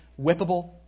whippable